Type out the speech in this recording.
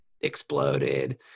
exploded